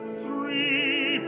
three